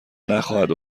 نخواهد